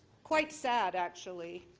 quite sad, actually,